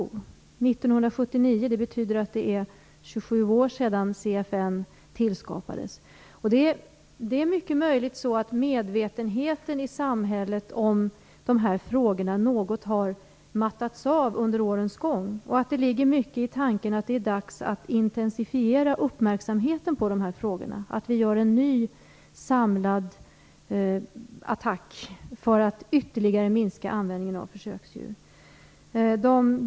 Detta skedde år 1979. Det betyder att det är 17 år sedan CFN tillskapades. Det är mycket möjligt att medvetenheten i samhället om dessa frågor något har mattats av under årens gång och att det ligger mycket i tanken att det är dags att intensifiera uppmärksamheten på dessa frågor, att vi gör en ny samlad attack för att ytterligare minska användningen av försöksdjur.